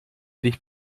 dich